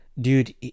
dude